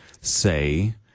say